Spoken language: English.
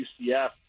UCF